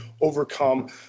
overcome